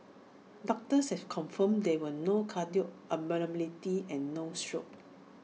doctors have confirmed there were no cardiac abnormalities and no stroke